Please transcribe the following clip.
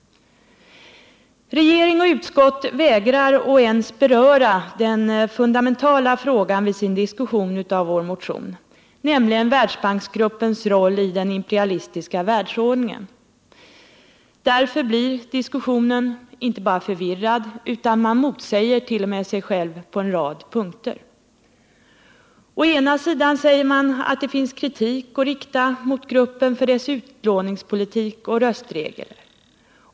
Regering och utskott vägrar att ens beröra den fundamentala frågan vid sin diskussion av vår motion, nämligen Världsbanksgruppens roll i den imperialistiska världsordningen. Därför blir diskussionen inte bara förvirrad, utan man motsäger t.o.m. sig själv på en rad punkter. Å ena sidan säger man att det finns kritik att rikta mot gruppen för dess utlåningspolitik och röstregler.